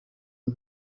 w’u